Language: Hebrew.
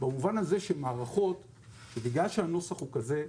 בגלל שהנוסח הוא כזה,